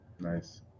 nice